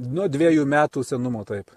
nu dviejų metų senumo taip